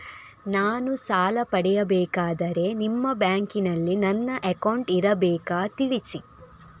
ನಾನು ಸಾಲ ಪಡೆಯಬೇಕಾದರೆ ನಿಮ್ಮ ಬ್ಯಾಂಕಿನಲ್ಲಿ ನನ್ನ ಅಕೌಂಟ್ ಇರಬೇಕಾ ತಿಳಿಸಿ?